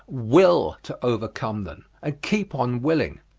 will to overcome them, and keep on willing.